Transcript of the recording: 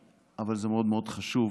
אבל זה מאוד מאוד חשוב,